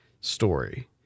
story